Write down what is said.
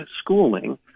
schooling